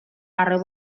arreu